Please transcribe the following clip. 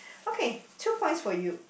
okay two points for you